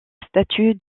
statue